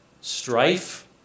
strife